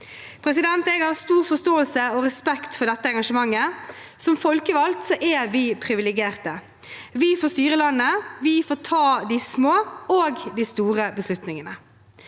Jeg har stor forståelse og respekt for dette engasjementet. Som folkevalgte er vi privilegerte. Vi får styre landet, vi får ta de små og de store beslutningene.